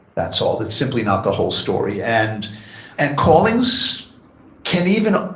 that's all. that's simply not the whole story. and and callings can even,